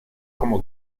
como